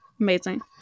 Amazing